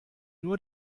nur